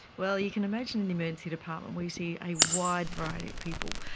well, you can imagine in the emergency department we see a wide variety of people,